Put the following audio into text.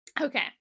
okay